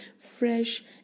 fresh